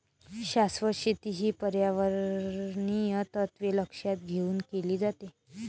शाश्वत शेती ही पर्यावरणीय तत्त्वे लक्षात घेऊन केली जाते